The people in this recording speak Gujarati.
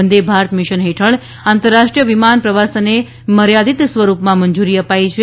વંદે ભારત મિશન હેઠળ આંતરરાષ્ટ્રીય વિમાન પ્રવાસને મર્યાદિત સ્વરૂપમાં મંજુરી અપાઈ છે